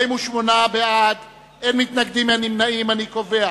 נא להצביע.